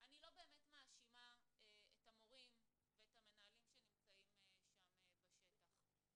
אני לא באמת מאשימה את המורים ואת המנהלים שנמצאים שם בשטח.